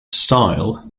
style